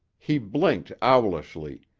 he blinked owlishly,